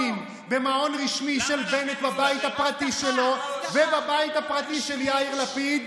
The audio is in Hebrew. אתה תאפשר לי להגיב.